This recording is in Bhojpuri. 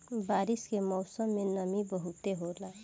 बारिश के मौसम में नमी बहुते होला